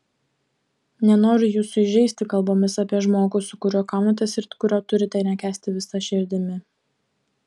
nenoriu jūsų įžeisti kalbomis apie žmogų su kuriuo kaunatės ir kurio turite nekęsti visa širdimi